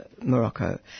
Morocco